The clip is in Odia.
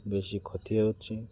ବେଶୀ କ୍ଷତି ହେଉଛି